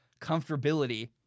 comfortability